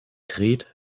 dreht